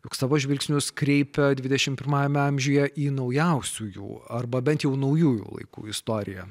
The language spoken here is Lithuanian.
juk savo žvilgsnius kreipia dvidešimt pirmajame amžiuje į naujausiųjų arba bent jau naujųjų laikų istoriją